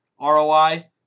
ROI